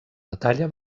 batalla